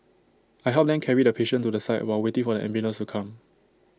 I helped them carry the patient to the side while waiting for the ambulance to come